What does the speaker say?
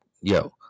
yo